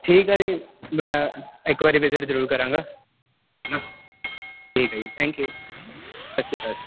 ਠੀਕ ਆ ਜੀ ਮੈਂ ਇੱਕ ਵਾਰੀ ਵਿਜਿਟ ਜ਼ਰੂਰ ਕਰਾਂਗਾ ਹੈ ਨਾ ਠੀਕ ਹੈ ਜੀ ਥੈਂਕ ਯੂ ਸਤਿ ਸ਼੍ਰੀ ਅਕਾਲ